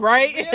Right